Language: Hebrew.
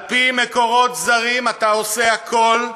על-פי מקורות זרים אתה עושה הכול,